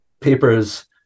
papers